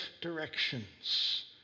directions